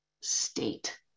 state